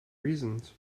reasons